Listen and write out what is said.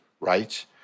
right